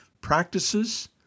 practices